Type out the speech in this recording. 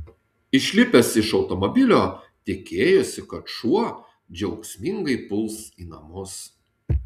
išlipęs iš automobilio tikėjosi kad šuo džiaugsmingai puls į namus